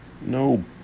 no